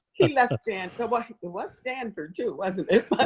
he left. and so but it was stanford too wasn't it? but